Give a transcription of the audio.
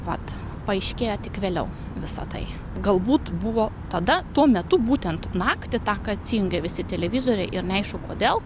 vat paaiškėjo tik vėliau visa tai galbūt buvo tada tuo metu būtent naktį tą kai atsijungė visi televizoriai ir neaišku kodėl